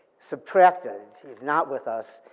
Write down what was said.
subtracted, he's not with us,